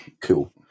cool